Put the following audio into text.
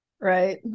right